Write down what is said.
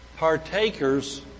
partakers